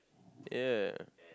ya